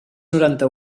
noranta